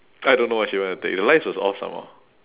I don't know what she want take the lights was off some more